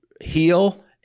heal